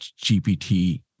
gpt